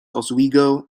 oswego